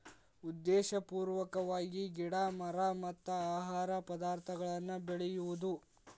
ಉದ್ದೇಶಪೂರ್ವಕವಾಗಿ ಗಿಡಾ ಮರಾ ಮತ್ತ ಆಹಾರ ಪದಾರ್ಥಗಳನ್ನ ಬೆಳಿಯುದು